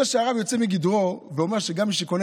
זה שהרב יוצא מגדרו ואומר שגם מי שקונה